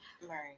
Right